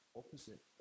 opposite